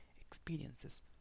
experiences